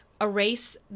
erase